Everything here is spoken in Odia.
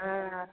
ହଁ